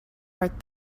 art